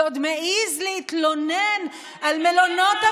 ועוד מעז להתלונן על מלונות,